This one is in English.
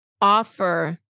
offer